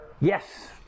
Yes